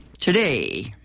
today